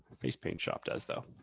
facepaint shop does though.